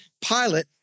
Pilate